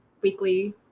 weekly